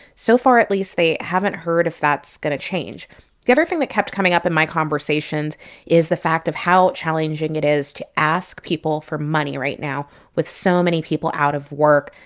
so far at least they haven't heard if that's going to change the other thing that kept coming up in my conversations is the fact of how challenging it is to ask people for money right now with so many people out of work.